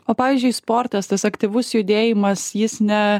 o pavyzdžiui sportas tas aktyvus judėjimas jis ne